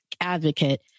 advocate